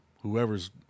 whoever's